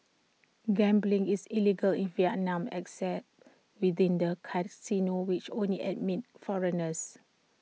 gambling is illegal in Vietnam except within the casinos which only admit foreigners